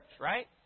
right